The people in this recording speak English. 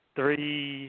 Three